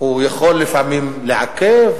הוא יכול לפעמים לעכב,